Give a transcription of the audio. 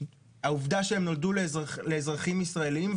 העובדה שהם נולדו לאזרחים ישראלים,